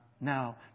now